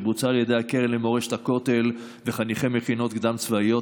שבוצעה על ידי הקרן למורשת הכותל וחניכי מכינות קדם-צבאיות.